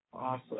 Awesome